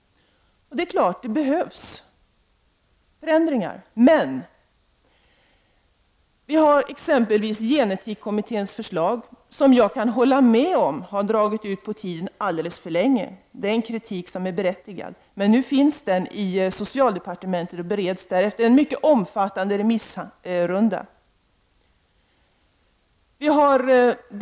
Det behöver också göras en del förändringar. Genetikkommitténs förslag bereds nu i socialdepartementet efter en mycket omfattande remissrunda. Kritiken mot att utredningen har dragit alldeles för långt ut på tiden är dock berättigad.